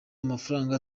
amafaranga